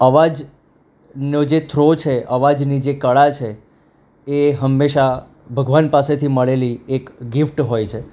અવાજનો જે થ્રો છે અવાજની જે કળા છે એ હંમેશા ભગવાન પાસેથી મળેલી એક ગિફ્ટ હોય છે